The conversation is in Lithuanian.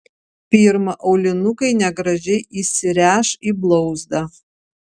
pirma aulinukai negražiai įsiręš į blauzdą